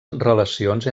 relacions